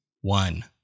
one